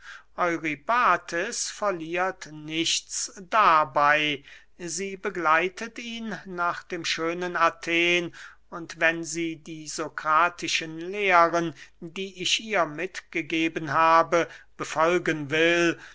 eurybates verliert nichts dabey sie begleitet ihn nach dem schönen athen und wenn sie die sokratischen lehren die ich ihr mitgegeben habe befolgen will